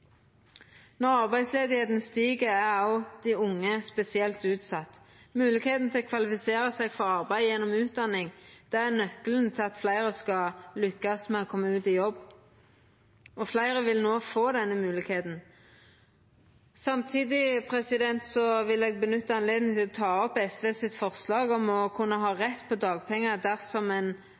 Når arbeidsløysa stig, er òg dei unge spesielt utsette. Moglegheita til å kvalifisera seg for arbeid gjennom utdanning er nøkkelen til at fleire skal lukkast med å koma ut i jobb, og fleire vil no få denne moglegheita. Samtidig vil eg nytta høvet til å ta opp SVs forslag om å kunna ha rett på dagpengar dersom ein